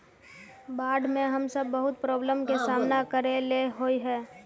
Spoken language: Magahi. बाढ में हम सब बहुत प्रॉब्लम के सामना करे ले होय है?